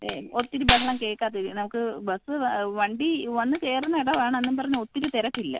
ഒത്തിരി ബഹളം കേൾക്കാത്ത രീതിയിൽ നമുക്ക് ബസ്സ് വണ്ടി വന്ന് കയറുന്ന ഇടമാണ് എന്നും പറഞ്ഞ് ഒത്തിരി തിരക്കില്ല